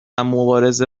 مبارزه